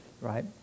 right